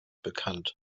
bekannt